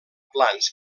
plans